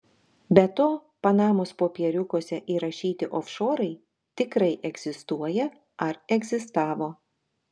be to panamos popieriukuose įrašyti ofšorai tikrai egzistuoja ar egzistavo